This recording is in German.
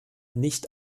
nicht